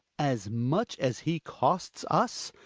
as much as he costs us!